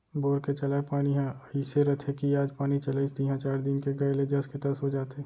bore के चलाय पानी ह अइसे रथे कि आज पानी चलाइस तिहॉं चार दिन के गए ले जस के तस हो जाथे